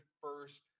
first